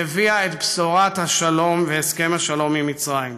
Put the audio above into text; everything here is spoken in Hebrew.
שהביאה את בשורת השלום והסכם השלום עם מצרים.